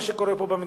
מה שקורה פה במדינה.